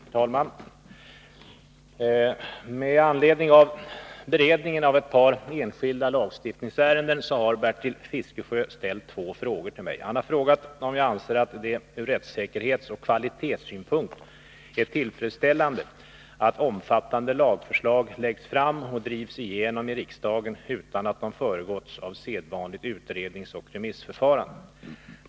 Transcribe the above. Herr talman! Med anledning av beredningen av ett par enskilda lagstiftningsärenden har Bertil Fiskesjö ställt två frågor till mig. Han har frågat om jag anser att det ur rättssäkerhetsoch kvalitetssynpunkt är tillfredsställande att omfattande lagförslag läggs fram och drivs igenom i riksdagen utan att de föregåtts av sedvanligt utredningsoch remissförfarande.